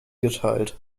geteilt